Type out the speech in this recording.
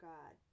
God